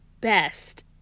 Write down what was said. best